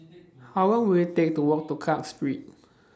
How Long Will IT Take to Walk to Clarke Street